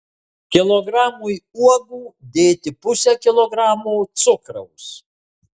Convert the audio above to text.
kilogramui uogų dėti pusę kilogramo cukraus